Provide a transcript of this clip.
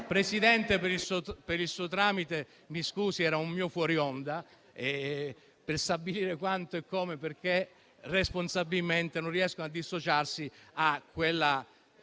Presidente, per il suo tramite mi scuso per il mio fuori onda, ma era per stabilire quanto, come e perché responsabilmente non riescono a dissociarsi dalla